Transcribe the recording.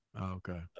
Okay